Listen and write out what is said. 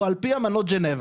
הוא על פי אמנות ג'נבה.